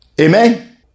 Amen